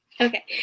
Okay